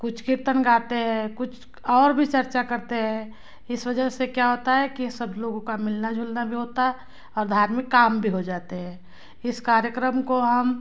कुछ कीर्तन गाते हैं कुछ और भी चर्चा करते हैं और इस वजह से क्या होता है की सब लोगों का मिलना जुलना भी होता है और धार्मिक काम भी हो जाते हैं इस कार्यक्रम को हम